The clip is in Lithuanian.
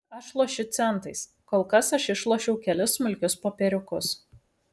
aš lošiu centais kol kas aš išlošiau kelis smulkius popieriukus